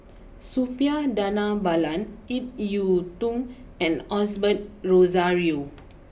Suppiah Dhanabalan Ip Yiu Tung and Osbert Rozario